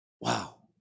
Wow